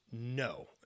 no